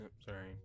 sorry